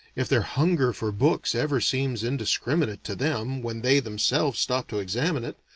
if their hunger for books ever seems indiscriminate to them when they themselves stop to examine it,